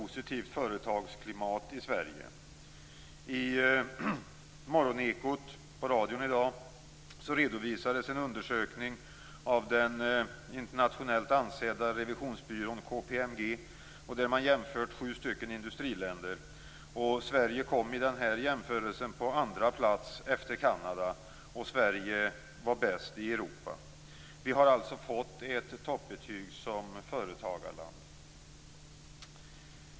I Morgonekot på radion i dag redovisades en undersökning av den internationellt ansedda revisionsbyrån KPMG där man jämfört sju industriländer. Sverige kom i den här jämförelsen på andra plats efter Kanada, och Sverige var bäst i Europa.